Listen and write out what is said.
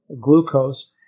glucose